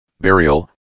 burial